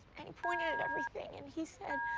and he pointed at everything, and he said,